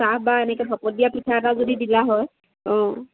চাহ বা এনেকৈ ভাপত দিয়া পিঠা এটা যদি দিলা হয় অঁ